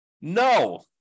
No